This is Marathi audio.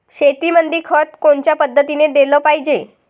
शेतीमंदी खत कोनच्या पद्धतीने देलं पाहिजे?